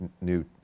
new